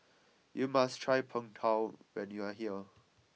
you must try Pong Tao when you are here